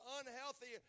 unhealthy